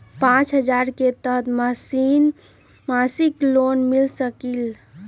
पाँच हजार के तहत मासिक लोन मिल सकील?